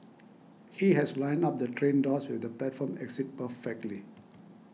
he has lined up the train doors with the platform exit perfectly